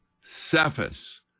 Cephas